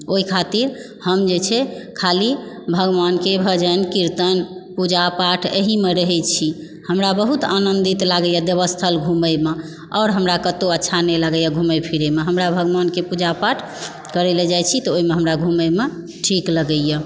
ओहि खातिर हम जे छै खाली भगवानके भजन कीर्तन पूजा पाठ एहिमे रहै छी हमरा बहुत आनन्दित लागइया देवस्थल घुमयमे आओर हमरा कतौ अच्छा नहि लगइया घुमय फिरयमे हमरा भगवानके पूजा पाठ करय लए जाइ छी तऽ ओहिमे हमरा घुमयमे ठीक लगैया